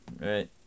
right